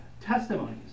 testimonies